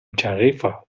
tarifa